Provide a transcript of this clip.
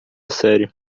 sério